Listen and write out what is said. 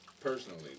Personally